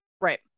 Right